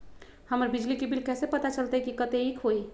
हमर बिजली के बिल कैसे पता चलतै की कतेइक के होई?